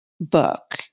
book